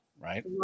Right